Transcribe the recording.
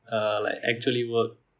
eh like actually work